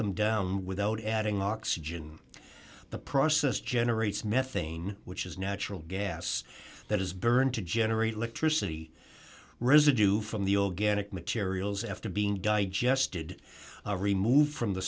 them down without adding oxygen the process generates methane which is natural gas that is burned to generate electricity residue from the organic materials after being digested removed from the